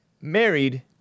married